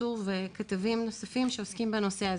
צור וכתבים נוספים שעוסקים בנושא הזה,